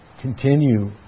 continue